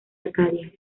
arcadia